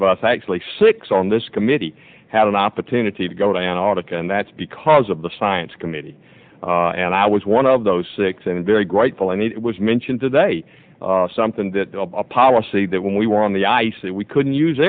of us actually six on this committee had an opportunity to go to antarctica and that's because of the science committee and i was one of those six and very grateful and it was mentioned today something that a policy that when we were on the ice that we couldn't use